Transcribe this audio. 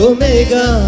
Omega